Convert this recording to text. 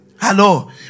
Hello